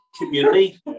community